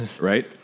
Right